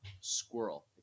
squirrel